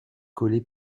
collées